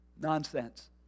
nonsense